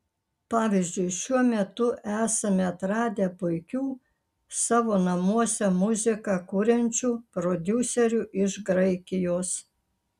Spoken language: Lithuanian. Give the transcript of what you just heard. pavyzdžiui šiuo metu esame atradę puikių savo namuose muziką kuriančių prodiuserių iš graikijos